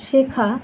শেখা